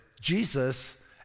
Jesus